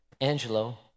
Angelo